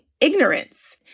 ignorance